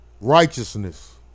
Righteousness